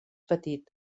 petit